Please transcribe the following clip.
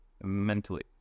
mentally